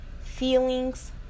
Feelings